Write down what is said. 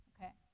Okay